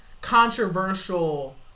controversial